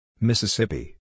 Mississippi